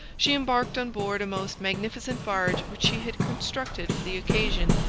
she embarked on board a most magnificent barge which she had constructed for the occasion,